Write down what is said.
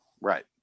Right